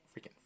freaking